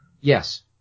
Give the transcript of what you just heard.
Yes